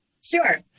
sure